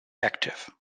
active